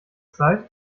zeit